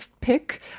pick